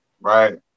right